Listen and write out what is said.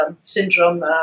syndrome